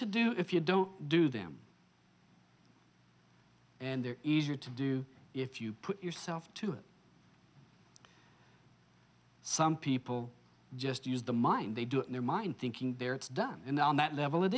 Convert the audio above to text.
to do if you don't do them and they're easier to do if you put yourself to it some people just use the mind they do in their mind thinking they're it's done in on that level it